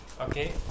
okay